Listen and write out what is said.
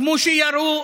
כמו שירו,